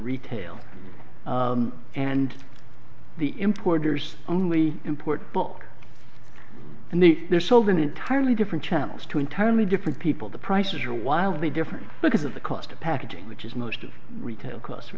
retail and the importers only import book and the they're sold in entirely different channels two entirely different people the prices are wildly different because of the cost of packaging which is most of retail cos